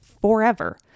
forever